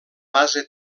base